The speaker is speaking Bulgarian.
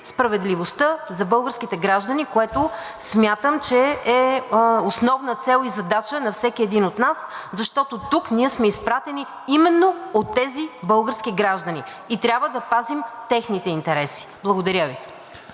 справедливостта за българските граждани, което смятам, че е основна цел и задача на всеки един от нас, защото тук ние сме изпратени именно от тези български граждани и трябва да пазим техните интереси. Благодаря Ви.